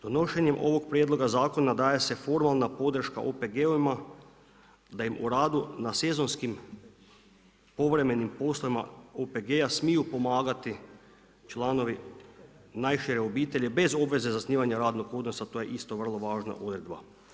Donošenjem ovoga prijedloga zakona daje se formalna podrška OPG-ovima da im u radu na sezonskim povremenim poslovima OPG-a smiju pomagati članovi najšire obitelji bez obveze zasnivanja radnog odnosa to je isto vrlo važna odredba.